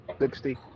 sixty